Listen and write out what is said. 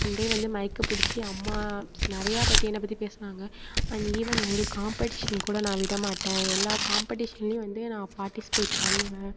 one day வந்து மைக்கை புடிச்சு அம்மா நிறையா பற்றி என்னை பற்றி பேசினாங்க அண்ட் ஈவன் ஒரு காம்பெடிஷன் கூட நான் விட மாட்டேன் எல்லா காம்பெடிஷன்லியும் வந்து நான் பார்ட்டிஸ்பேட் பண்ணுவேன்